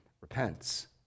repents